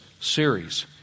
series